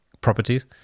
properties